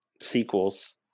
sequels